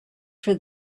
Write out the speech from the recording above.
for